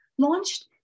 launched